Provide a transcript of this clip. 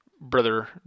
Brother